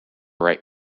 right